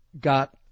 got